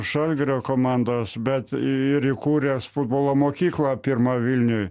žalgirio komandos bet ir įkūręs futbolo mokyklą pirmą vilniuj